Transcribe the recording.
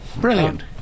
brilliant